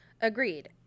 agreed